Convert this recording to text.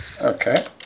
Okay